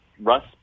Russ